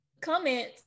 Comment